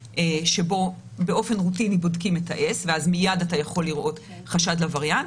שבו באופן רוטיני בודקים את ה-S ואז מיד אתה יכול לראות חשד לווריאנט,